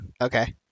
Okay